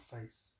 face